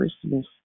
Christmas